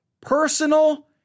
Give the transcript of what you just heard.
personal